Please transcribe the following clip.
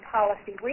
Policy